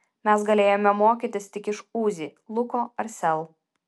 mes galėjome mokytis tik iš uzi luko ar sel